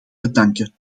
bedanken